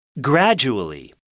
Gradually